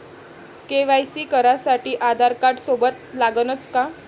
KYC करासाठी आधारकार्ड सोबत लागनच का?